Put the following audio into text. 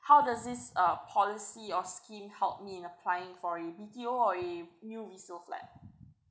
how does this uh policy or scheme help me in applying for a B_T_O or a new resale flat